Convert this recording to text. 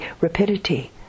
rapidity